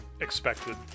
expected